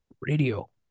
radio